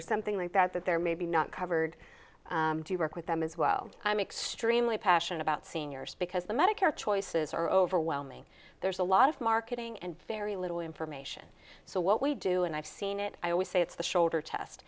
or something like that that there may be not covered do you work with them as well i'm extremely passionate about seniors because the medicare choices are overwhelming there's a lot of marketing and very little information so what we do and i've seen it i always say it's the shoulder test